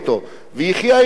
ויחי ההבדל.